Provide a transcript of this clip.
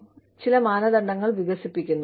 നിങ്ങൾ ചില മാനദണ്ഡങ്ങൾ വികസിപ്പിക്കുന്നു